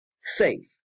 safe